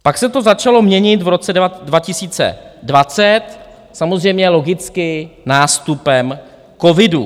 Pak se to začalo měnit v roce 2020, samozřejmě logicky nástupem covidu.